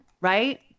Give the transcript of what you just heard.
Right